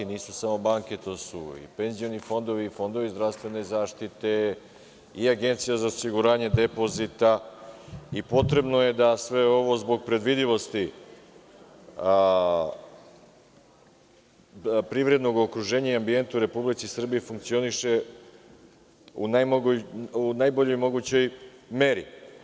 Nisu samo banke, to su i penzioni fondovi, fondovi zdravstvene zaštite, Agencija za osiguranje depozita i potrebno je da sve ovo zbog predvidivosti privrednog okruženja i ambijenta u Republici Srbiji funkcioniše u najboljoj mogućoj meri.